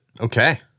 Okay